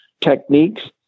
techniques